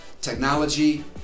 technology